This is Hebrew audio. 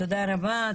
תודה רבה,